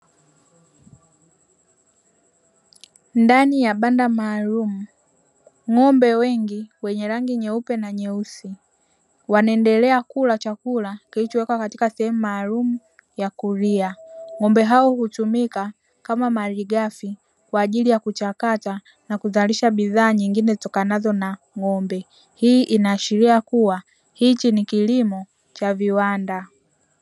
Ndani ya banda maalumu, ng'ombe wengi wenye rangi nyeupe na nyeusi wanaendelea kula chakula kilichowekwa katika sehemu maalumu ya kulia. Ng'ombe hao hutumika kama malighafi kwa ajili ya kuchakata na kuzalisha bidhaa nyingine zitokanazo na ng'ombe. Hii inaashiria kuwa hichi ni kilimo cha viwanda.